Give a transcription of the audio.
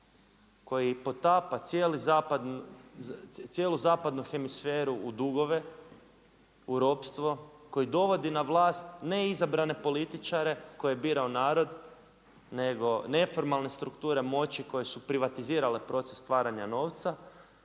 koji potapa cijelu zapadnu hemisferu u dugovi, u ropstvo, koji dovodi na vlast ne izabrane političare koje je birao narod nego neformalne strukture moći koje su privatizirale proces stvaranja novca,